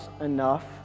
enough